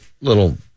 little